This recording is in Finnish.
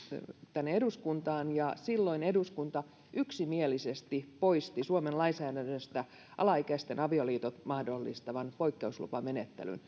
tänne eduskuntaan ja silloin eduskunta yksimielisesti poisti suomen lainsäädännöstä alaikäisten avioliitot mahdollistavan poikkeuslupamenettelyn